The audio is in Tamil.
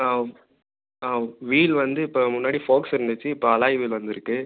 வீல் வந்து இப்போ முன்னாடி ஃபோக்ஸ் இருந்துச்சு இப்போ அலாய் வீல் வந்துருக்கு